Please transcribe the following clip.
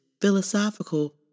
philosophical